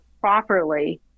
properly